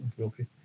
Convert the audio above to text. Okay